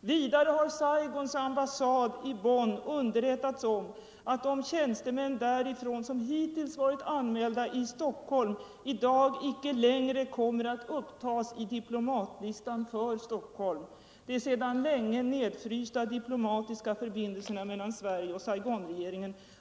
Vidare har Saigons ambassad i Bonn underrättats om att de tjänstemän därifrån som hittills varit anmälda i Stockholm i dag icke längre kommer att upptas i diplomatlistan för Stockholm. De sedan länge en